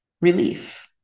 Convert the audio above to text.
relief